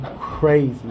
Crazy